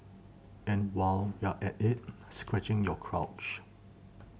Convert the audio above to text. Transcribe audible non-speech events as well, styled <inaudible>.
and while we're at it scratching your crotch <noise>